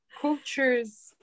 cultures